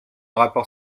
rapport